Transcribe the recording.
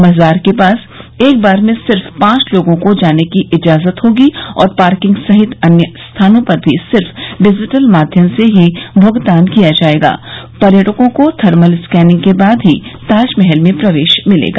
मजार के पास एक बार में सिर्फ पांच लोगों को जाने की इजाजत होगी और पार्किंग सहित अन्य स्थानों पर भी सिर्फ डिजिटल माध्यम से ही भूगतान किया जाएगा पर्यटकों को थर्मल स्कैनिंग के बाद ही ताजमहल में प्रवेश मिलेगा